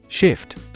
Shift